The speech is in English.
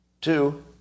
Two